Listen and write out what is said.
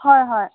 হয় হয়